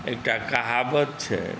एकटा कहावत छै